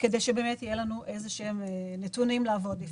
כדי שבאמת יהיו לנו נתונים לעבוד לפיהם.